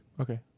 Okay